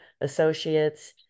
associates